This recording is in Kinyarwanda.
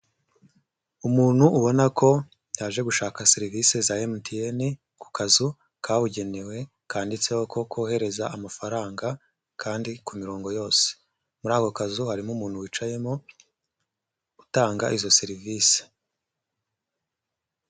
Umuntu ubona ko yaje gushaka serivisi za MTN ku kazu kabugenewe kanditseho ko kohereza amafaranga kandi ku mirongo yose, muri ako kazu harimo umuntu wicayemo utanga izo serivise.